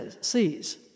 sees